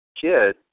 kid